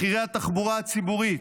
מחירי התחבורה הציבורית.